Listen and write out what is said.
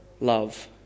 love